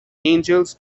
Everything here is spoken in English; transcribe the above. angels